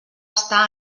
estar